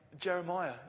Jeremiah